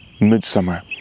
midsummer